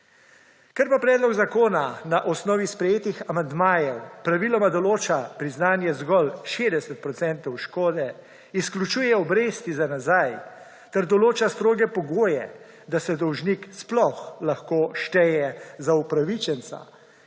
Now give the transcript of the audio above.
Ker predlog zakona na osnovi sprejetih amandmajev praviloma določa priznanje zgolj 60 % škode, izključuje obresti za nazaj ter določa stroge pogoje, da se dolžnik sploh lahko šteje za upravičenca,